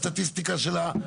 בסדר,